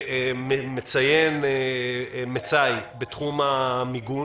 שמציין מצאי בתחום המיגון